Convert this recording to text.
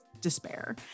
despair